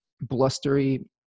blustery